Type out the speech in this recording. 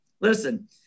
listen